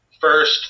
first